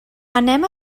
anem